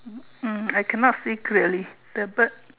um I cannot see clearly the bird